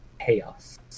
Chaos